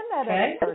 okay